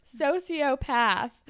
sociopath